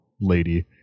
lady